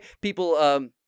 people